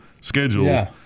schedule